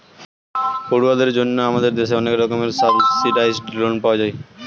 পড়ুয়াদের জন্য আমাদের দেশে অনেক রকমের সাবসিডাইস্ড্ লোন পাওয়া যায়